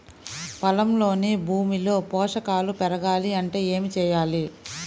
పొలంలోని భూమిలో పోషకాలు పెరగాలి అంటే ఏం చేయాలి?